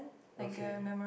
okay